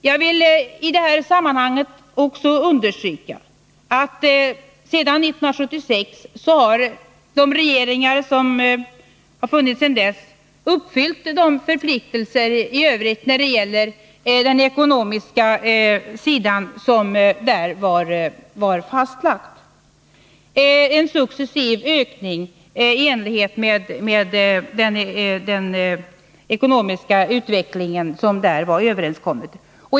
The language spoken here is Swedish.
Jag vill i detta sammanhang också understryka att de regeringar som funnits sedan 1976 uppfyllt de ekonomiska förpliktelser i övrigt som har fastlagts. Detta innebär en successiv ökning i enlighet med den ekonomiska utvecklingen, vilket var överenskommet.